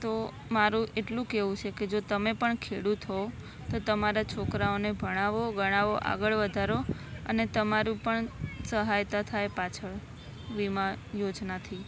તો મારું એટલુ કેવું છે કે જો તમે પણ ખેડૂત હોવ તો તમારા છોકરાઓને ભણાવો ગણાવો આગળ વધારો અને તમારું પણ સહાયતા થાય પાછળ વીમા યોજનાથી